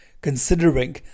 Considering